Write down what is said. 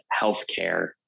healthcare